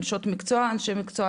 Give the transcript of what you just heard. נשות המקצוע ואנשי המקצוע,